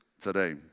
today